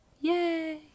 Yay